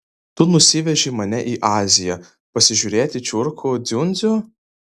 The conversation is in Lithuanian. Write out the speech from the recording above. tu nusivežei mane į aziją pasižiūrėti čiurkų dziundzių